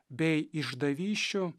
bei išdavysčių